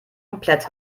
komplett